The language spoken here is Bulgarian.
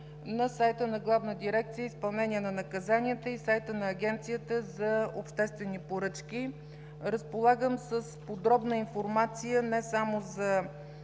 на сайта на Главна дирекция „Изпълнение на наказанията“ и сайта на Агенцията за обществени поръчки. Разполагам с подробна информация не само за